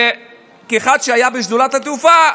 וכאחד שהיה בשדולת התעופה,